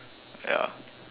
ya